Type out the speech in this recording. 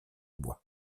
bois